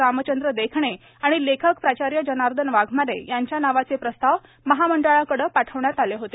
रामचंद्र देखणे आणि लेखक प्राचार्य जनार्दन वाघमारे यांच्या नावाचे प्रस्ताव महामंडळाकडे आले होते